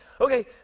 okay